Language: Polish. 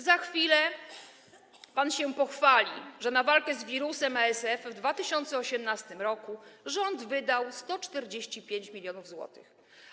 Za chwilę pan się pochwali, że na walkę z wirusem ASF w 2018 r. rząd wydał 145 mln zł.